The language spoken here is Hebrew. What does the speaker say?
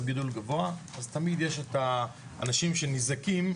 גידול גבוה אז תמיד יש את האנשים שניזקים,